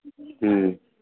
ꯎꯝ